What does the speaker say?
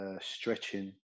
stretching